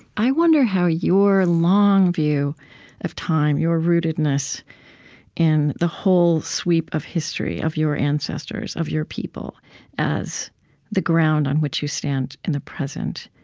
i wonder how your long view of time, your rootedness in the whole sweep of history, of your ancestors, of your people as the ground on which you stand in the present,